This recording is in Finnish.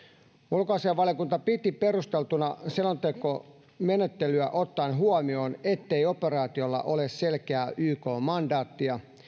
ulkoasiainvaliokunta piti selontekomenettelyä perusteltuna ottaen huomioon ettei operaatiolla ole selkeää yk mandaattia